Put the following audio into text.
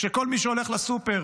כשכל מי שהולך לסופר